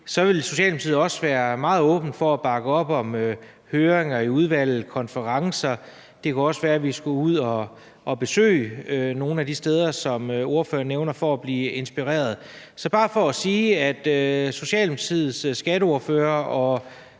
vil Socialdemokratiet også være meget åben for at bakke op om høringer i udvalget og konferencer. Det kunne også være, vi skulle ud at besøge nogle af de steder, som ordføreren nævner, for at blive inspireret. Så det er bare for at sige, at Socialdemokratiets skatteordfører og